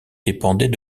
dépendait